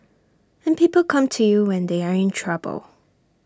and people come to you when they are in trouble